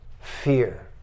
fear